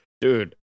Dude